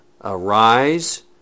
Arise